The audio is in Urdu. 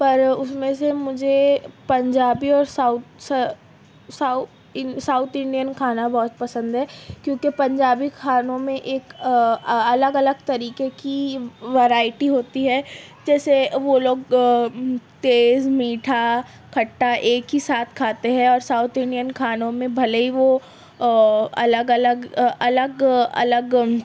پر اس میں سے مجھے پنجابی اور ساؤتھ ساؤتھ انڈین کھانا بہت پسند ہے کیونکہ پنجابی کھانوں میں ایک الگ الگ طریقے کی ورائٹی ہوتی ہے جیسے وہ لوگ تیز میٹھا کھٹا ایک ہی ساتھ کھاتے ہیں اور ساؤتھ انڈین کھانوں میں بھلے ہی وہ الگ الگ الگ الگ